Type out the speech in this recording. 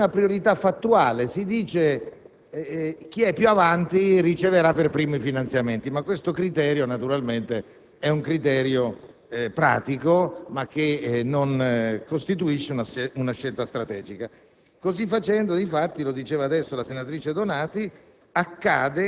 C'è una priorità fattuale: si dice che chi è più avanti riceverà per primo i finanziamenti, ma questo è un criterio pratico che naturalmente non costituisce una scelta strategica. Così facendo, difatti (lo diceva adesso la senatrice Donati),